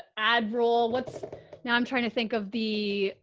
ad roll. what's now? i'm trying to think of the,